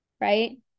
right